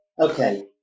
Okay